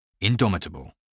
Indomitable